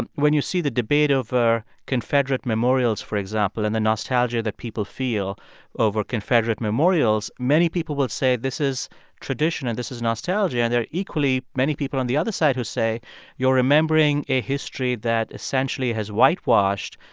and when you see the debate over confederate memorials, for example, and the nostalgia that people feel over confederate memorials, many people will say this is tradition and this is nostalgia. and there are equally many people on the other side who say you're remembering a history that essentially has whitewashed,